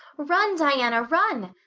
run, diana, run.